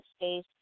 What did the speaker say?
space